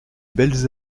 belles